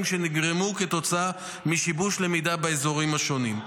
שנגרמו כתוצאה משיבוש למידה באזורים השונים.